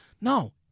No